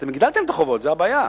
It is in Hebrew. אתם הגדלתם את החובות, זו הבעיה.